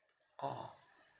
orh